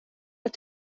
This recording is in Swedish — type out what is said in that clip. att